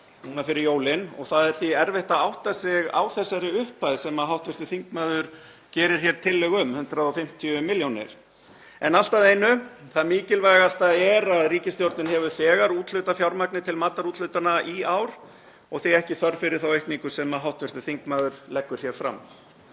Það er því erfitt að átta sig á þessari upphæð sem hv. þingmaður gerir hér tillögu um, 150 milljónir. En allt að einu, það mikilvægasta er að ríkisstjórnin hefur þegar úthlutað fjármagni til matarúthlutana í ár og því er ekki þörf fyrir þá aukningu sem hv. þingmaður leggur hér til.